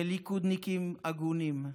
ליכודניקים הגונים,